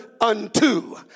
unto